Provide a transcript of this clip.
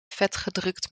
vetgedrukt